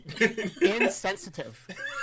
insensitive